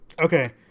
okay